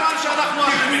כל הזמן שאנחנו אשמים.